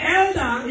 elder